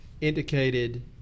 indicated